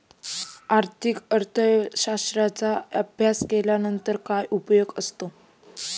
आर्थिक अर्थशास्त्राचा अभ्यास केल्यानंतर काय उपयोग असतो?